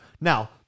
Now